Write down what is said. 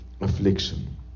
affliction